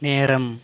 நேரம்